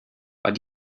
what